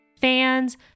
fans